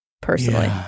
Personally